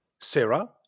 Sarah